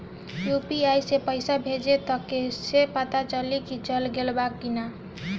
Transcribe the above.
UPI से पइसा भेजम त कइसे पता चलि की चल गेल बा की न?